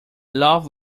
love